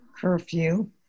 curfew